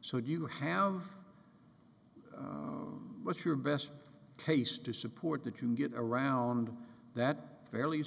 so you have what's your best case to support that you get around that fairly